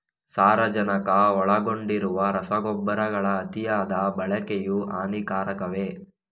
ಸಾರಜನಕ ಒಳಗೊಂಡಿರುವ ರಸಗೊಬ್ಬರಗಳ ಅತಿಯಾದ ಬಳಕೆಯು ಹಾನಿಕಾರಕವೇ?